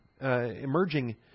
emerging